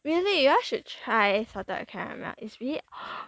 really you all should try salted caramel is really